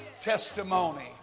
testimony